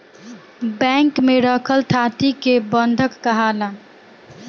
bank में रखल थाती के बंधक काहाला